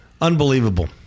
Unbelievable